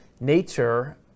nature